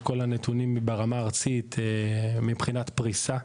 כל הנתונים ברמה הארצית מבחינת פריסה.